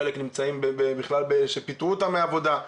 חלק בכלל פיטרו אותם מהעבודה.